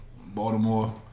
Baltimore